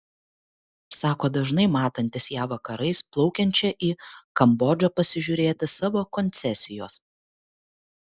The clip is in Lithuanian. sako dažnai matantis ją vakarais plaukiančią į kambodžą pasižiūrėti savo koncesijos